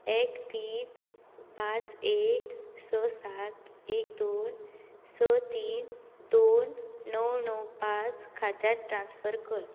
एक तीन पांच एक स सात एक दोन स तीन दोन णव णव पांच खात्यात ट्रान्सफर कर